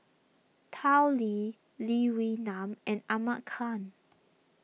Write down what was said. Tao Li Lee Wee Nam and Ahmad Khan